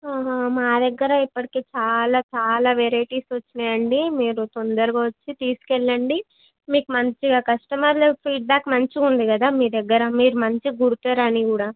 మా దగ్గర ఇప్పటికి చాలా చాలా వెరైటీస్ వచ్చినాయండి మీరు తొందరగా వచ్చి తీసుకెళ్ళండి మీకు మంచిగా కస్టమర్ల ఫీడ్బ్యాక్ మంచిగుంది కదా మీ దగ్గర మీరు మంచిగా కుడుతారు అని కూడా